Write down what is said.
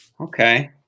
Okay